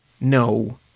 No